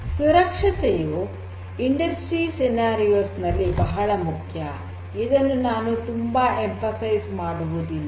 ಸುರಕ್ಷತೆಯು ಕೈಗಾರಿಕೆ ಸನ್ನಿವೇಶಗಳಲ್ಲಿ ಬಹಳ ಮುಖ್ಯ ಇದನ್ನು ನಾನು ತುಂಬಾ ಒತ್ತು ಮಾಡುವುದಿಲ್ಲ